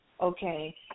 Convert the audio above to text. okay